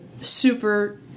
super